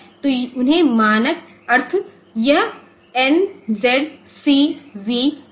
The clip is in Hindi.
तो उन्हें मानक अर्थ यह एन जेड सी और वी मिला है